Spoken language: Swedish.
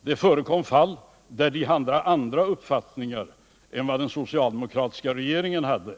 Det förekom att de hade andra uppfattningar än den socialdemokratiska regeringen.